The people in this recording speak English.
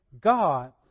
God